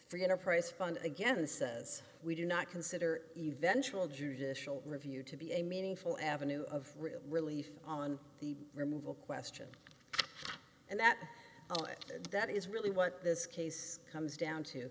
free enterprise fund again says we do not consider eventual judicial review to be a meaningful avenue of relief on the removal question and that oh it that is really what this case comes down to